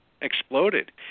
exploded